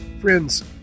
Friends